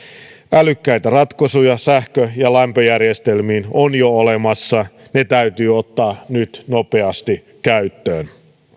älykkäitä ratkaisuja sähkö ja lämpöjärjestelmiin on jo olemassa ne täytyy ottaa nyt nopeasti käyttöön